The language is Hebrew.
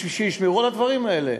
שישמרו על הדברים האלה.